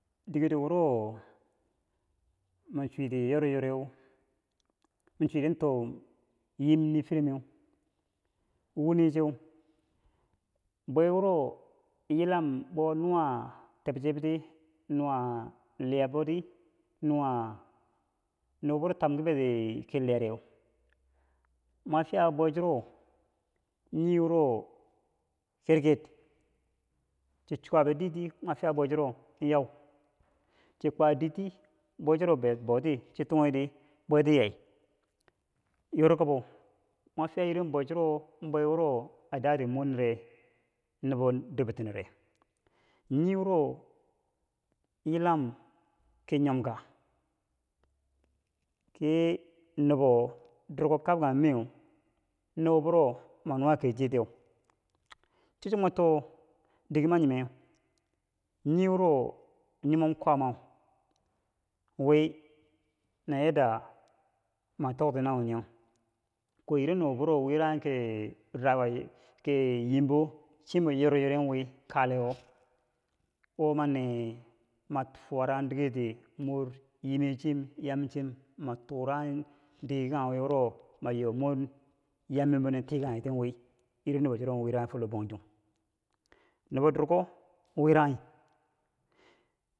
Digero wuro ma chwiti yoryoreu mi chwiti tok yim niifireneu wine cheu bwe wuro yilam bwe nuwo tebchebti, nuwa liyabbo ti nuwa nubo wuro tamki bi kiliyareu mwa fiya bwe churo yau, nii wuro kirkir, chi chwa bidirdi mwa fiya bwe chuiro nyau ber boti, chi tunghi ri bweti yai, yori kabo mwa fiya irin bwechuro n bwe wuro a daati mor nere nubo dortibinere nii wuro yilam ki nyom ka ki nubo durko kab kanghe meu, nubo buro ma nuwa ker chir tiyeu cho chwo mo too dige ma nyimeu, nyii wuro nyimom kwaamau wii na yadda ma tokti na wonyeu akwai irin nubo buro wiranghi ki rayuwa ki yimbo chimbo yoryore wi kalewo, wo ma nee ma furang digerti mor yimem chim, yam chim ma turanghi dige kanghe wii wuro ma yoo mor yam min bo nin tikangye tiye wii irin nubo churo wiranghi fo logbangjong nubo durko wiranghi.